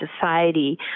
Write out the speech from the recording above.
society